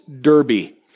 Derby